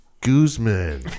Guzman